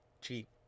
cheap